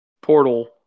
portal